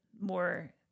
more